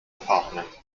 apartment